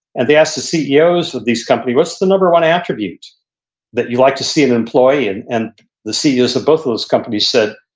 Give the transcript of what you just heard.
and they asked the ceos of these companies, what's the number one attribute that you like to see an employee? and and the ceos of both of those companies said,